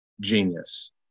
genius